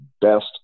best